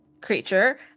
creature